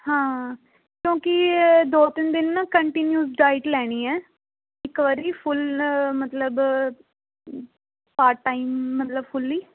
ਹਾਂ ਕਿਉਂਕਿ ਦੋ ਤਿੰਨ ਦਿਨ ਨਾ ਕੰਟੀਨਿਊਸ ਡਾਇਟ ਲੈਣੀ ਹੈ ਇੱਕ ਵਾਰੀ ਫੁੱਲ ਮਤਲਬ ਪਾਰਟ ਟਾਈਮ ਮਤਲਬ ਫੁੱਲੀ